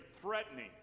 threatening